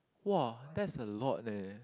!wow! that's a lot there